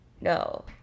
no